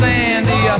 Sandy